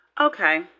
okay